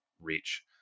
reach